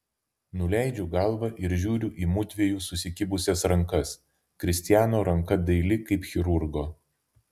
nuleidžiu galvą ir žiūriu į mudviejų susikibusias rankas kristiano ranka daili kaip chirurgo